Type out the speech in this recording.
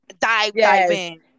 dive-dive-in